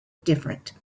different